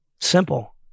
Simple